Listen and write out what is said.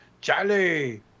Charlie